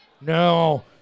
No